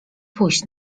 pójść